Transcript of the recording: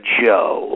show